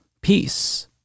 peace